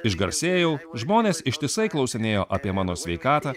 išgarsėjau žmonės ištisai klausinėjo apie mano sveikatą